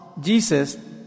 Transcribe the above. Jesus